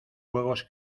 juegos